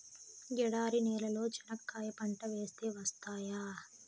ఎడారి నేలలో చెనక్కాయ పంట వేస్తే వస్తాయా?